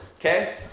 okay